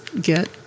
get